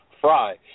fry